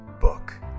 book